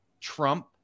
trump